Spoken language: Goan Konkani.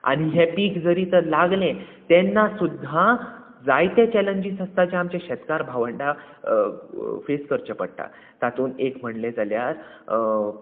आनी हें पीक जरी तर लागलें तेन्ना सुद्दां जायते चॅलेंजीस आसता जे आमचे शेतकार भावंडांक फेस करचें पडटा तातूंत एक म्हणलें जाल्यार